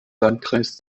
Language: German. landkreis